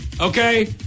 Okay